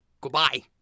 Goodbye